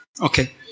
Okay